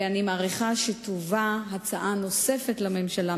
ואני מעריכה שתובא הצעה נוספת לממשלה,